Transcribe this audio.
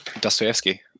Dostoevsky